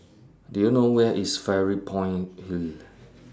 Do YOU know Where IS Fairy Point Hill